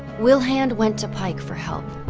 wilhand went to pike for help.